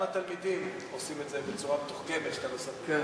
גם התלמידים עושים את זה בצורה מתוחכמת שאתה לא שם לב.